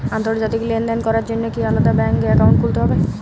আন্তর্জাতিক লেনদেন করার জন্য কি আলাদা ব্যাংক অ্যাকাউন্ট খুলতে হবে?